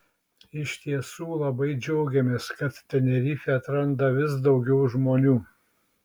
iš tiesų labai džiaugiamės kad tenerifę atranda vis daugiau žmonių